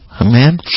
Amen